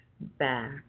back